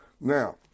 Now